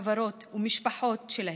חברות והמשפחות שלהם,